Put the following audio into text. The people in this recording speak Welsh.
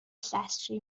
llestri